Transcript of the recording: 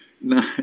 no